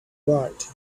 right